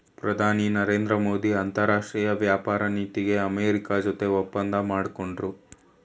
ಪ್ರಧಾನಿ ನರೇಂದ್ರ ಮೋದಿ ಅಂತರಾಷ್ಟ್ರೀಯ ವ್ಯಾಪಾರ ನೀತಿಗೆ ಅಮೆರಿಕ ಜೊತೆ ಒಪ್ಪಂದ ಮಾಡ್ಕೊಂಡ್ರು